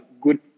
good